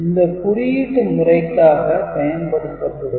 இது குறியீட்டு முறைக்காக பயன்படுத்தப்படும்